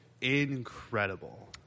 incredible